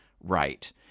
right